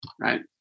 Right